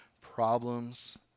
problems